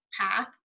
path